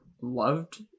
loved